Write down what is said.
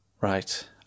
Right